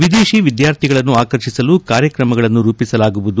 ವಿದೇಶಿ ವಿದ್ಯಾರ್ಥಿಗಳನ್ನು ಆಕರ್ಷಿಸಲು ಕಾರ್ಯಕ್ರಮಗಳನ್ನು ರೂಪಿಸಲಾಗುವುದು